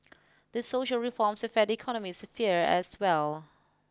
these social reforms affect the economic sphere as well